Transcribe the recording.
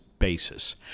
basis